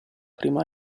prima